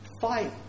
Fight